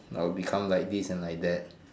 I will become like this and like that